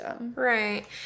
Right